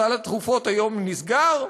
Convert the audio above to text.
סל התרופות היום נסגר?